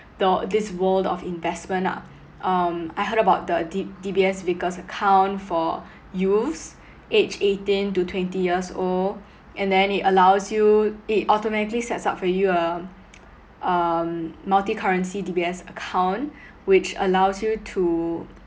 the this world of investment ah um I heard about the D D_B_S vickers account for youths aged eighteen to twenty years old and then it allows you it automatically sets up for you a um multi currency D_B_S account which allows you to